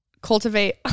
cultivate